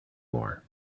more